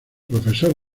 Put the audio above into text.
profesor